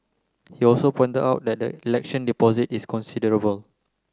he also pointed out that the election deposit is considerable